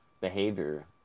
behavior